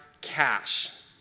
cash